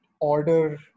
order